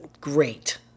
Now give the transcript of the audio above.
great